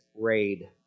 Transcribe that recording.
raid